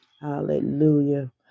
hallelujah